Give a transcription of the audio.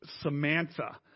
Samantha